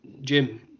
jim